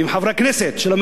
ואם חברי הכנסת של הממשלה,